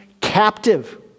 captive